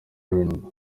rnb